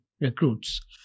recruits